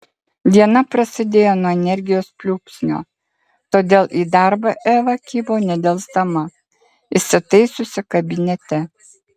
diena prasidėjo nuo energijos pliūpsnio todėl į darbą eva kibo nedelsdama įsitaisiusi kabinete